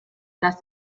das